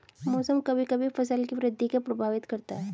मौसम कभी कभी फसल की वृद्धि को प्रभावित करता है